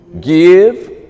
give